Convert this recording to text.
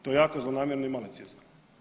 To je jako zlonamjerno i maliciozno.